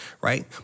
Right